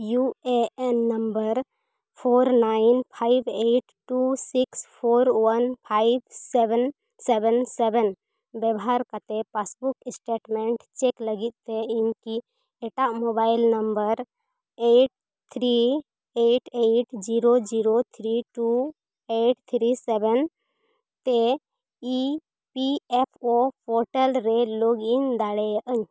U A N number four nine five eight two six four one five seven seven seven ᱵᱮᱵᱚᱦᱟᱨ ᱠᱟᱛᱮᱫ passbook statement check ᱞᱟᱹᱜᱤᱫ ᱛᱮ ᱤᱧᱠᱤ ᱮᱴᱟᱜ mobile number eight three eight eight zero zero three two eight three seven ᱛᱮ E P F O portal ᱨᱮ login ᱫᱟᱲᱮᱭᱟᱜ ᱟᱹᱧ